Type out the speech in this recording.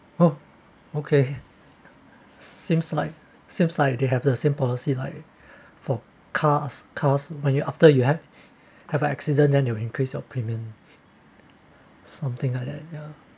oh okay seems like seems like they have the same policy like for cars cause when you after you have have an accident then you increase your premium something like that ya